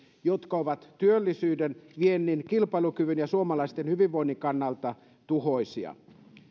jotka ovat työllisyyden viennin kilpailukyvyn ja suomalaisten hyvinvoinnin kannalta tuhoisia